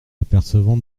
apercevant